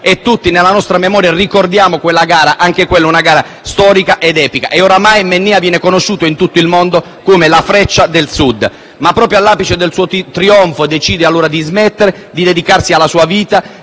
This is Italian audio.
e tutti nella nostra memoria ricordiamo quella gara, anche quella storica ed epica. Oramai Mennea viene conosciuto in tutto il mondo come la "freccia del Sud", ma proprio all'apice del suo trionfo decide di smettere, di dedicarsi alla sua vita,